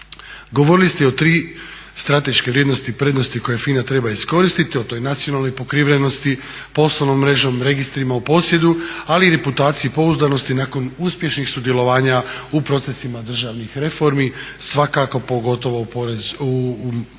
Govorili ste i o tri strateške vrijednosti, prednosti koje FINA treba iskoristiti, o toj nacionalnoj pokrivenosti, poslovnoj mreži, registrima u posjedu ali i reputaciji pouzdanosti nakon uspješnih sudjelovanja u procesima državnih reformi svakako pogotovo u mirovinskoj